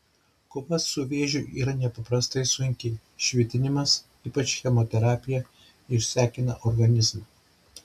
kova su vėžiu yra nepaprastai sunki švitinimas ypač chemoterapija išsekina organizmą